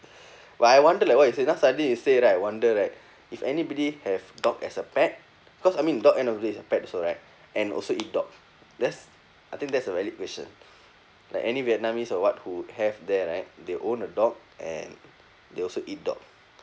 but I wonder like what you say now suddenly you say right wonder right if anybody have dog as a pet cause I mean dog end of the day is a pet also right and also eat dog that's I think that's a valid question like any vietnamese or what who have there right they own a dog and they also eat dog